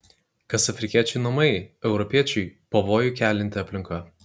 kas afrikiečiui namai europiečiui pavojų kelianti aplinka